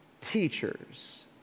teachers